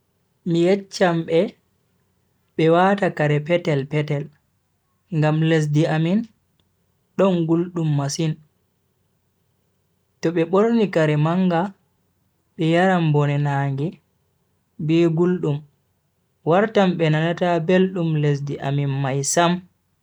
Mi yecchan be, be wata kare petel-petel ngam lesdi amin don guldum masin. to be borni Kare manga be yaran bone naage be guldum wartan be nanata beldum lesdi amin mai sam.